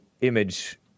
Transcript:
image